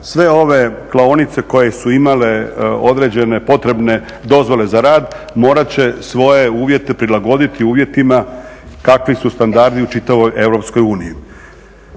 sve ove klaonice koje su imale određene potrebne dozvole za rad morat će svoje uvjete prilagoditi uvjetima kakvi su standardi u čitavoj